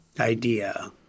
idea